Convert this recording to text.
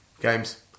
game's